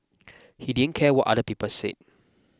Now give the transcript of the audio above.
he didn't care what other people said